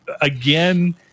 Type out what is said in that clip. again